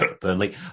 Burnley